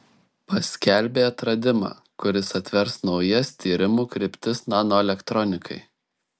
paskelbė atradimą kuris atvers naujas tyrimų kryptis nanoelektronikai